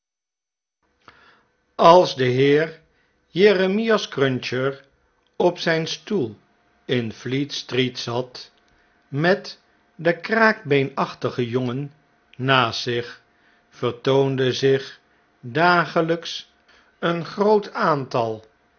als de heer jeremias cruncher op zgn stoel in fleet street zat met den